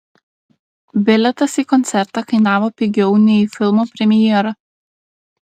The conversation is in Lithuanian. bilietas į koncertą kainavo pigiau nei į filmo premjerą